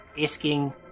asking